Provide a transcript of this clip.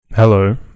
Hello